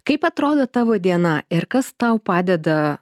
kaip atrodo tavo diena ir kas tau padeda